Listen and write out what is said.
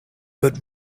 but